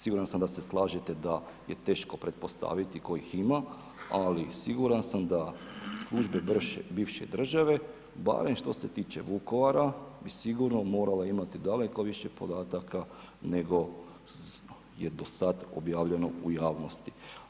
Siguran sam da se slažete da je teško pretpostaviti tko ih ima, ali siguran sam da službe bivše države barem što se tiče Vukovara bi sigurno morale imati daleko više podataka nego je do sada objavljeno u javnosti.